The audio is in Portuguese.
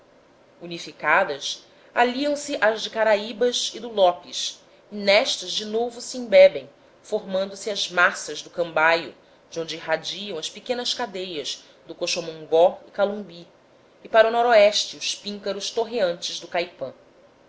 unificadas aliam se às de caraíbas e do lopes e nestas de novo se embebem formando se as massas do cambaio de onde irradiam as pequenas cadeias do coxomongó e calumbi e para o noroeste os píncaros torreantes do caipã